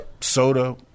soda